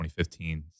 2015